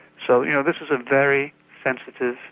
so you know this is a very sensitive,